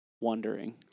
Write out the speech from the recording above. wondering